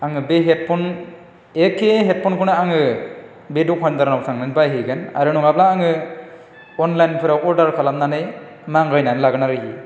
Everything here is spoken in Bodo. आङो बे हेदफन एके हेदफनखौनो आङो बे दखानदारनाव थांनानै बायहैगोन आरो नङाब्ला आङो अनलाइनफ्राव अर्दार खालामनानै मांगायनानै लागोन आरखि